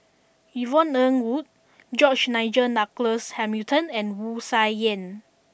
Yvonne Ng Uhde George Nigel Douglas Hamilton and Wu Tsai Yen